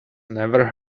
never